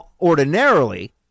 ordinarily